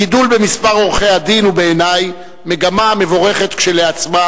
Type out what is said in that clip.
הגידול במספר עורכי-הדין הוא בעיני מגמה מבורכת כשלעצמה,